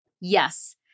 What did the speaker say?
Yes